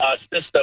system